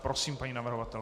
Prosím, paní navrhovatelko.